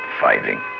fighting